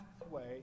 pathway